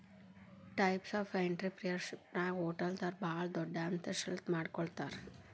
types of ಎನ್ಟ್ರಿಪ್ರಿನಿಯರ್ಶಿಪ್ನ್ಯಾಗ ಹೊಟಲ್ದೊರು ಭಾಳ್ ದೊಡುದ್ಯಂಶೇಲತಾ ಮಾಡಿಕೊಡ್ತಾರ